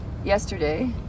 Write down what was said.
yesterday